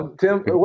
Tim